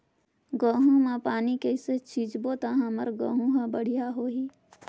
गहूं म पानी कइसे सिंचबो ता हमर गहूं हर बढ़िया होही?